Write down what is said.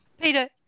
Peter